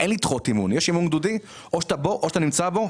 כשיש אימון גדודי זה או שאתה נמצא בו,